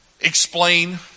explain